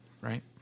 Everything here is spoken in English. right